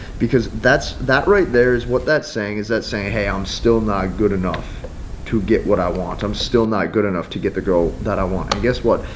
because that's that right there is what that saying is that saying, hey, i'm still not good enough to get what i want. i'm still not good enough to get the girl that i want. and guess what?